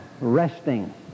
resting